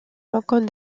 manquons